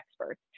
experts